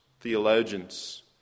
theologians